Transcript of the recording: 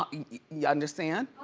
um you understand?